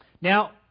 Now